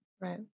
Right